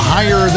Higher